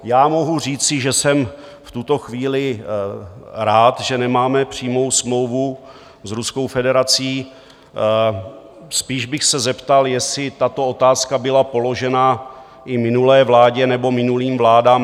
Já mohu říci, že jsem v tuto chvíli rád, že nemáme přímou smlouvu s Ruskou federací, spíše bych se zeptal, jestli tato otázka byla položena i minulé vládě nebo minulým vládám.